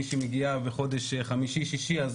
מי שמגיעה בחודש חמישי-שישי,